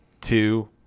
two